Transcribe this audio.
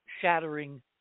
shattering